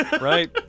Right